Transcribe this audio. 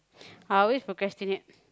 I always procrastinate